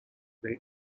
they